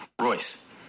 Royce